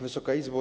Wysoka Izbo!